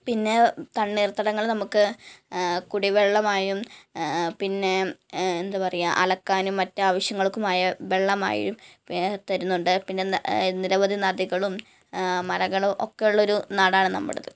പിന്നേ തണ്ണീർതടങ്ങൾ നമുക്ക് കുടിവെള്ളമായും പിന്നേ എന്താണ് പറയുക അലക്കാനും മറ്റ് ആവശ്യങ്ങൾക്കുമായി വെള്ളമായും തരുന്നുണ്ട് പിന്നെ എന്ന് നിരവധി നദികളും മലകളും ഒക്കെയുള്ളൊരു നാടാണ് നമ്മുടേത്